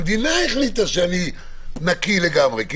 כי המדינה החליטה שאני נקי לגמרי.